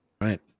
Right